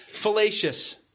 fallacious